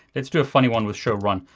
let's do a funny one with show run.